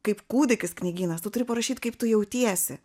kaip kūdikis knygynas tu turi parašyt kaip tu jautiesi